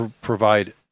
provide